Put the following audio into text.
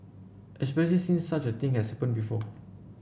especial since such a thing has happened before